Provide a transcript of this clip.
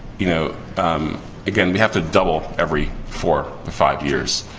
you know um again, we have to double every four or five years.